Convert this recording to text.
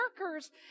workers